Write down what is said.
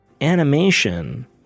Animation